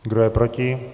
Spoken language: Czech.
Kdo je proti?